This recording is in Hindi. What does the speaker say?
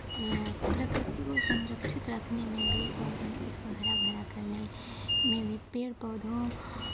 प्रकृति को संरक्षित रखने में भी और उन उसको हरा भरा करने में भी पेड़ पौधों